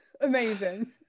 amazing